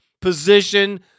position